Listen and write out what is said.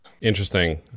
Interesting